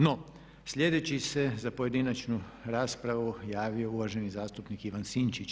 No, sljedeći se za pojedinačnu raspravu javio uvaženi zastupnik Ivan Sinčić.